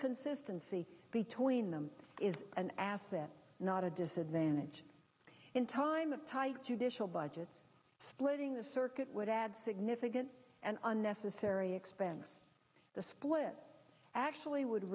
consistency between them is an asset not a disadvantage in time of tight judicial budget splitting the circuit would add significant and unnecessary expense the split actually would